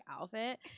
outfit